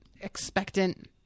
expectant